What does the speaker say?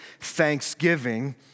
thanksgiving